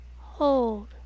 Hold